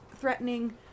threatening